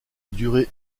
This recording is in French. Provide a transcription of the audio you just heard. durée